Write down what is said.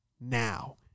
Now